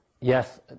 Yes